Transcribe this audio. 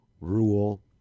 rule